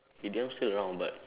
E_D_M still around but